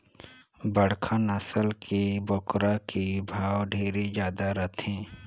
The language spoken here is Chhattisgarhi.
बड़खा नसल के बोकरा के भाव ढेरे जादा रथे